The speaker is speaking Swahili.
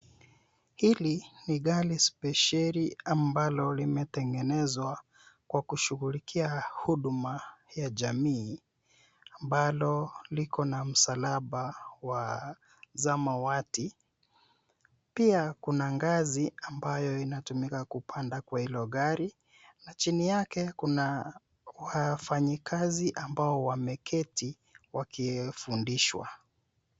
Hili ni gari ambalo limetengenezwa spesheli ambalo limetengenezwa kwa kushughulikia huduma ya umma. Bado liko na msalaba wa samawati pia linangazi ambayo hutumika kupanda katika gari hilo .Chini yake kuna wafanyakazi ambao wameketi wakifundishwa.